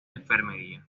enfermería